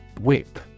Whip